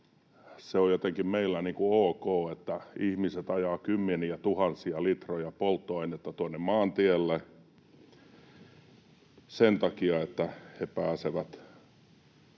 että se on meillä jotenkin ok, että ihmiset ajavat kymmeniätuhansia litroja polttoainetta tuonne maanteille sen takia, että he pääsevät